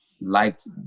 liked